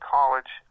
College